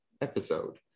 episode